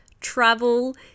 travel